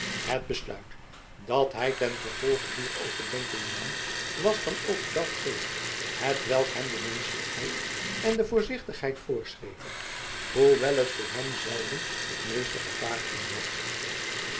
het besluit dat hij ten gevolge dier overdenkingen nam was dan ook datgene hetwelk hem de menschelijkheid en de voorzichtigheid voorschreven hoewel het voor hem zelven het meeste gevaar inhad